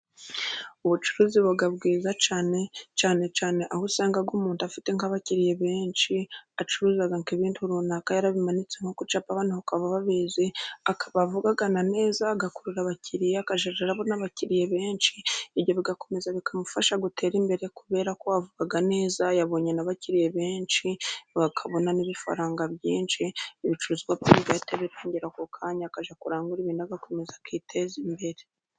Ubucuruzi buba bwiza cyane, cyane cyane aho usanga umuntu afite nk'abakiriya benshi acuruza ibintu runaka yarabimanitse nko kucapa abantu bakaba babizi akaba avuga neza agakurura abakiriya, akazarya agira n'abakiriya benshi ibyo bigakomeza bikamufasha gutera imbere kubera ko avuga neza yabonye n'abakiriya benshi bakabona n'ibifaranga byinshi, ibicuruzwa kandi bihita bifugira ako kanya kajya kurangura ibindi agakomeza akiteza imbere.